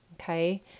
Okay